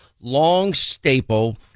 long-staple